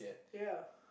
ya